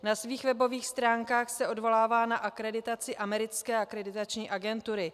Na svých webových stránkách se odvolává na akreditaci americké akreditační agentury.